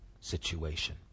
situation